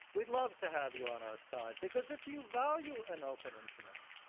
we'd love to have you on our side because if you value an open internet,